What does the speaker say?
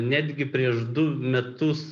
netgi prieš du metus